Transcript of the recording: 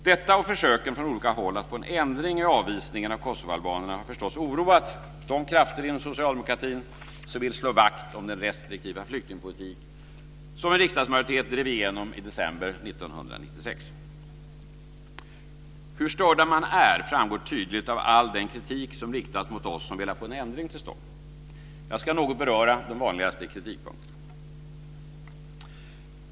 Detta och försöken från olika håll att få en ändring i avvisningen av kosovoalbanerna har förstås oroat de krafter inom socialdemokratin som vill slå vakt om den restriktiva flyktingpolitik som en riksdagsmajoritet drev igenom i december 1996. Hur störda man är framgår tydligt av all den kritik som riktats mot oss som velat få en ändring till stånd. Jag ska något beröra de vanligaste kritikpunkterna.